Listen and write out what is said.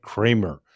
Kramer